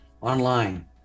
online